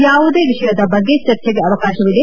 ಯಾವುದೇ ವಿಷಯದ ಬಗ್ಗೆ ಚರ್ಚೆಗೆ ಅವಕಾಶವಿದೆ